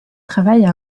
travaille